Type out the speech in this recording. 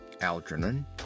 Algernon